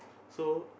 so